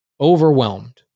overwhelmed